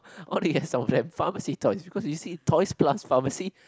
all the rest of them pharmacy toys because you see toys plus pharmacy